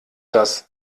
das